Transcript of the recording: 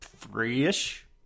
three-ish